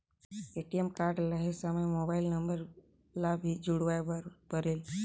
ATM card लहे समय mobile number ला भी जुड़वाए बर परेल?